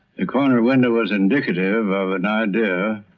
the corner window was indicative of an idea